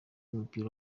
w’umupira